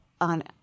On